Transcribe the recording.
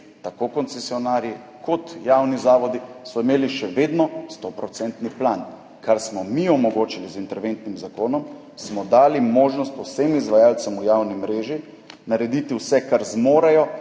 tako koncesionarji kot javni zavodi, so imeli še vedno stoprocentni plan. Kar smo mi omogočili z interventnim zakonom, je, da smo dali možnost vsem izvajalcem v javni mreži narediti vse, kar zmorejo,